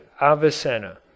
Avicenna